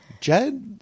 Jed